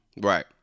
Right